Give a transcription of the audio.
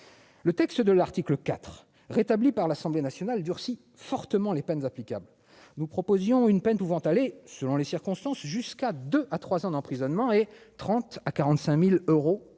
le texte de l'article IV rétabli par l'Assemblée nationale durcit fortement les peines applicables, nous proposions une peine pouvant aller, selon les circonstances, jusqu'à 2 à 3 ans d'emprisonnement et 30 à 45000 euros d'amende